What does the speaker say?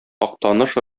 актаныш